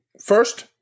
first